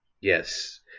Yes